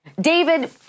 David